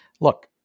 look